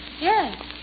Yes